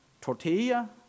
tortilla